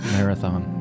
Marathon